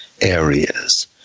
areas